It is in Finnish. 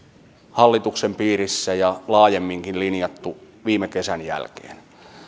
hallituksen piirissä ja laajemminkin linjattu viime kesän jälkeen